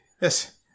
yes